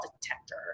detector